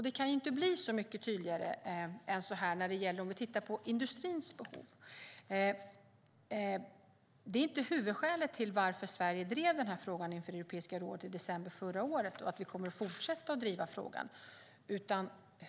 Det kan ju inte bli så mycket tydligare än så. Sverige drev den här frågan inför Europeiska rådet i december förra året, och vi kommer att fortsätta att driva frågan.